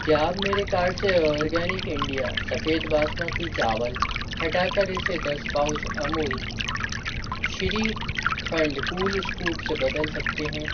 क्या आप मेरे कार्ड से ऑर्गेनिक इंडिया सफ़ेद बासमती चावल हटाकर इसे दस pouch Amul shrikhand cool scoop से बदल सकते हैं